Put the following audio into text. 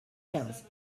quinze